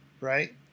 right